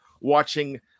watching